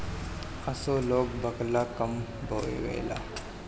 असो लोग बकला कम बोअलेबा